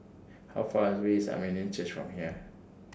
How Far away IS Armenian Church from here